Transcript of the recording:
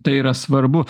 tai yra svarbu